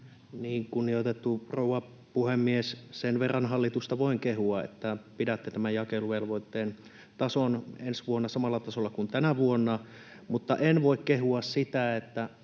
Kunnioitettu rouva puhemies! Sen verran hallitusta voin kehua, että pidätte tämän jakeluvelvoitteen tason ensi vuonna samalla tasolla kuin tänä vuonna, mutta en voi kehua sitä, että...